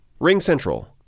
RingCentral